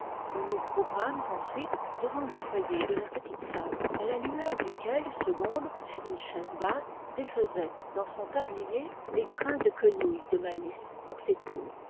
nous nous groupâmes ensuite devant le foyer de la petite salle à la lueur duquel segonde sur une chaise basse défaisait dans son tablier les grains de quenouilles de maïs pour ses poules